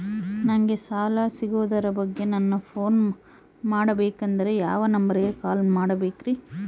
ನಂಗೆ ಸಾಲ ಸಿಗೋದರ ಬಗ್ಗೆ ನನ್ನ ಪೋನ್ ಮಾಡಬೇಕಂದರೆ ಯಾವ ನಂಬರಿಗೆ ಕಾಲ್ ಮಾಡಬೇಕ್ರಿ?